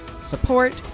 support